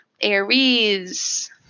Aries